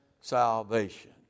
salvation